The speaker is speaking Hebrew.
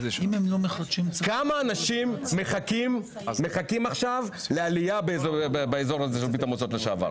כמה אנשים מחכים עכשיו לעלייה באזור של ברית המועצות לשעבר?